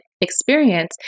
experience